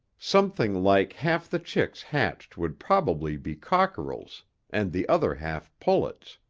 something like half the chicks hatched would probably be cockerels and the other half pullets.